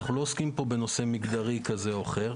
אנחנו לא עוסקים פה בנושא מגדרי כזה או אחר,